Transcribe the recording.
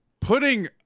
putting